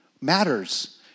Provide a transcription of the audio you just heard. matters